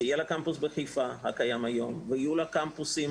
שיהיה הקמפוס בחיפה שקיים היום ויהיו לה קמפוסים,